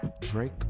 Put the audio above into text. Drake